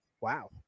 wow